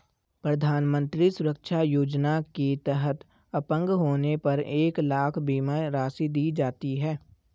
प्रधानमंत्री सुरक्षा योजना के तहत अपंग होने पर एक लाख बीमा राशि दी जाती है